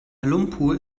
lumpur